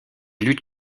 lutte